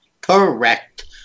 correct